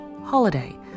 holiday